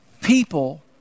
people